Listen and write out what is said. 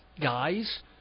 guys